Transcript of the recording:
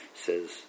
Says